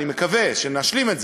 אני מקווה שנשלים את זה,